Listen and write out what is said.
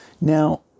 Now